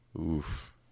Oof